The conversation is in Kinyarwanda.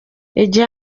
igihe